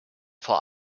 vor